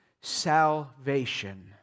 salvation